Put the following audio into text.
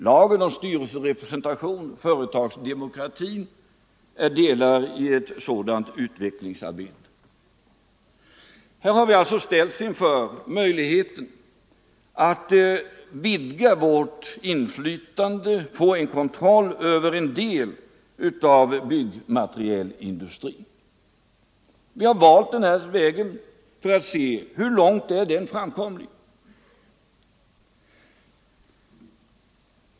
Lagen om styrelserepresentation och de företagsdemokratiska strävandena är delar i ett sådant utvecklingsarbete. Vi har här ställts inför möjligheten att på denna väg vidga vårt inflytande och få en kontroll över en del av byggmaterialindustrin. Vi har valt denna väg för att se hur långt den är framkomlig.